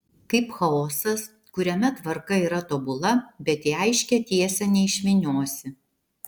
kaip chaosas kuriame tvarka yra tobula bet į aiškią tiesę neišvyniosi